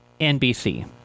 NBC